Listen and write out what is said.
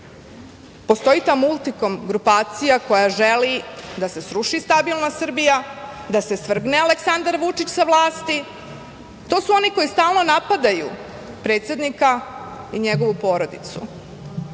postoji ta Multikom grupacija koja želi da se sruši stabilna Srbija, da se svrgne Aleksandar Vučić sa vlasti. To su oni koji stalno napadaju predsednika i njegovu porodicu